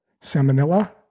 salmonella